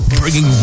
Bringing